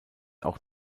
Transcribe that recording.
auch